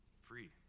free